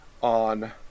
on